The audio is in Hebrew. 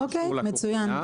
אוקיי, מצוין.